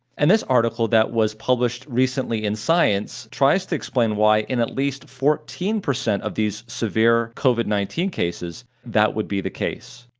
and this article that was published recently in science tries to explain why in at least fourteen of these severe covid nineteen cases that would be the case,